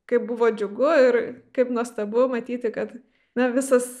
kaip buvo džiugu ir kaip nuostabu matyti kad na visas